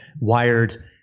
wired